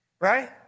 right